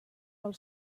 del